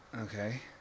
Okay